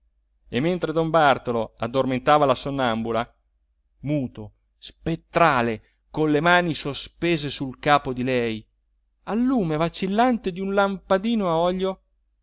e mentre don bartolo addormentava la sonnambula muto l'uomo solo luigi pirandello spettrale con le mani sospese sul capo di lei al lume vacillante d'un lampadino a olio